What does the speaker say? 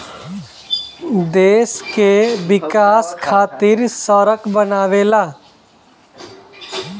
देश के विकाश खातिर सड़क बनावेला